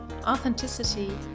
Authenticity